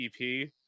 EP